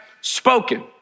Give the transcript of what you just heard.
spoken